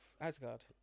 Asgard